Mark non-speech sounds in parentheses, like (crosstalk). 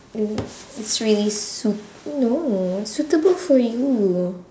(noise) it's really suit~ no suitable for you